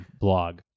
blog